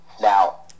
Now